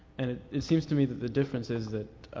and it it seems to me that the difference is that